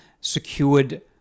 secured